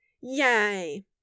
yay